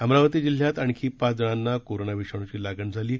अमरावती जिल्ह्यात आणखी पाच जणांना कोरोना विषाणूची लागण झाली आहे